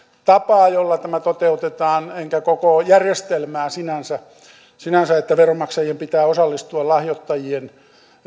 tapaa jolla tämä toteutetaan enkä koko järjestelmää sinänsä sinänsä että veronmaksajien pitää osallistua lahjoittajien